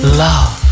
love